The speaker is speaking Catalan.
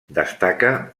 destaca